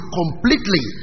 completely